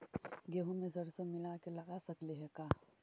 गेहूं मे सरसों मिला के लगा सकली हे का?